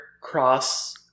cross